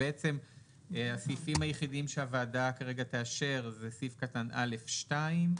כרגע הסעיפים היחידים שהוועדה תאשר אלה סעיף קטן א'2,